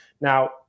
Now